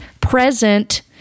present